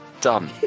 Done